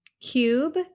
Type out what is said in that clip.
cube